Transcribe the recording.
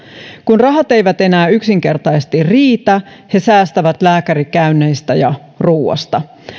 kun rahat eivät enää yksinkertaisesti riitä he säästävät lääkärikäynneistä ja ruoasta